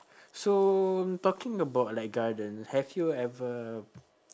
so talking about like garden have you ever